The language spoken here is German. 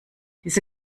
diese